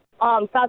South